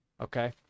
Okay